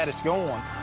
and is gone.